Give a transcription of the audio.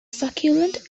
succulent